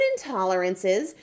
intolerances